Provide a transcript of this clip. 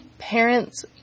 parents